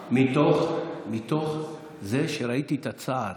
מתוך זה שראיתי את הצער.